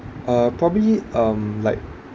uh probably um like